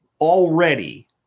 already